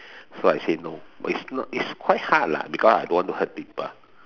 so I said no but it's not it's quite hard lah because I don't want to hurt people